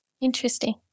Interesting